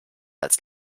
als